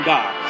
God